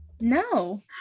no